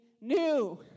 new